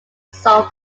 sol